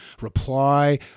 reply